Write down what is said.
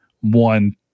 one